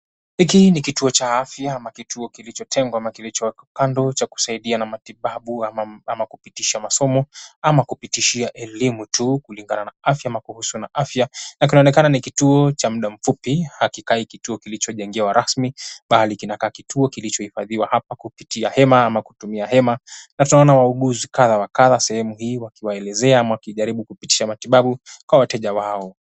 Hiki ni kituo cha afya ama kituo kilichotengwa ama kilichowekwa kando cha kusaidia na matibabu ama kupitisha masomo ama kupitishia elimu tu kulingana na afya ama kuhusu na afya na kinaonekana ni kituo cha muda mfupi. Hakikai kituo kilichojengewa rasmi bali kinakaa kituo kilichohifadhiwa hapa kupitia hema ama kutumia hema na tunaona wauguzi kadha wa kadha sehemu hii wakiwaelezea ama wakijaribu kupitisha matibabu kwa wateja wao.